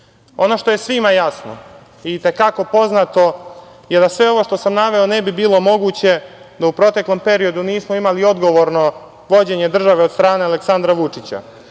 što je svima jasno i te kako poznato je da sve ovo što sam naveo ne bi bilo moguće, da u prethodnom periodu nismo imali odgovorno vođenje države od strane Aleksandra Vučića,